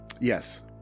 Yes